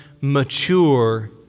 mature